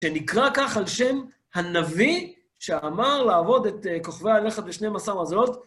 שנקרא כך על שם הנביא שאמר לעבוד את כוכבי הלכת ושנים עשר מזלות